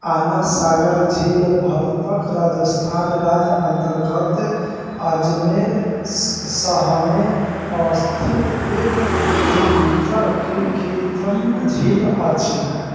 आना सागर झील भारतक राजस्थान राज्य अंतर्गत अजमेर शहमे अवस्थित एक कृत्रा कृत्रिम झील अछि